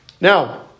Now